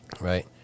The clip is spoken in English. Right